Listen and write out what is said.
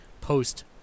post